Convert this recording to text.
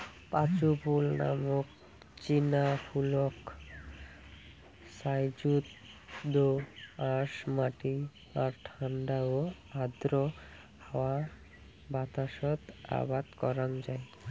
পাঁচু ফুল নামক চিনা ফুলক সারযুত দো আঁশ মাটি আর ঠান্ডা ও আর্দ্র হাওয়া বাতাসত আবাদ করাং যাই